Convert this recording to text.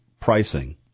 pricing